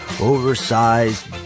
oversized